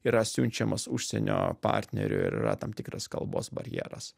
yra siunčiamas užsienio partnerių ir yra tam tikras kalbos barjeras